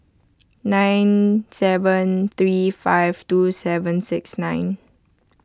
nine seven three five two seven six nine